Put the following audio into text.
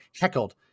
heckled